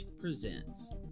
presents